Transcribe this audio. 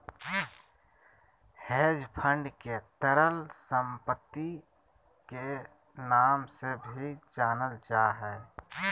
hedge fund के तरल सम्पत्ति के नाम से भी जानल जा हय